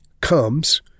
comes